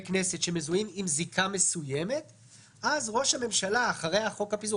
כנסת שמזוהים עם זיקה מסוימת אז ראש הממשלה אחרי הפיזור,